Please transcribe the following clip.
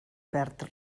perd